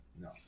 No